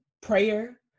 prayer